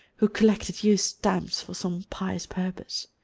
who collected used stamps for some pious purpose.